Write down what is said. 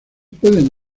pueden